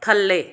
ਥੱਲੇ